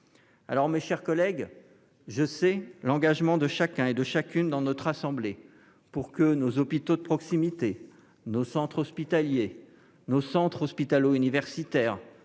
Alors, mes chers collègues, je sais l'engagement de chacun et de chacune dans notre assemblée pour que nos hôpitaux de proximité, les centres hospitaliers, universitaires